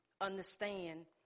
understand